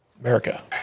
America